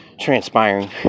transpiring